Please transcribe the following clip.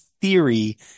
theory